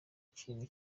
kintu